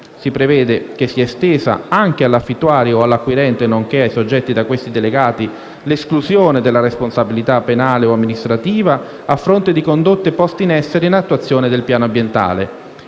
si prevede che sia estesa anche all'affittuario o all'acquirente, nonché ai soggetti da questi delegati, l'esclusione dalla responsabilità penale o amministrativa a fronte di condotte poste in essere in attuazione del piano ambientale;